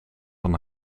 van